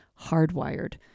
hardwired